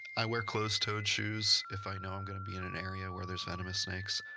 i wear close-toed shoes if i know i'm going to be in an area where there's venomous snakes.